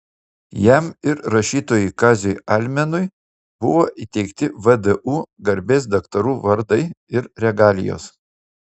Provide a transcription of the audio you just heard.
jam ir rašytojui kaziui almenui buvo įteikti vdu garbės daktarų vardai ir regalijos